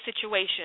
situation